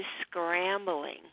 scrambling